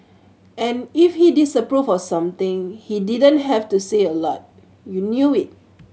and if he disapproved of something he didn't have to say a lot you knew it